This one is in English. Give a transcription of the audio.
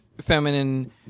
feminine